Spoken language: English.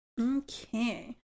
Okay